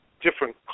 different